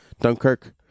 Dunkirk